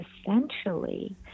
essentially